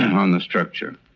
on the structure.